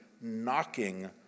knocking